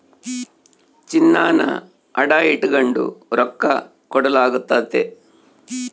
ಚಿನ್ನಾನ ಅಡ ಇಟಗಂಡು ರೊಕ್ಕ ಕೊಡಲಾಗ್ತತೆ